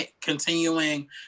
continuing